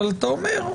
אבל אתה אומר: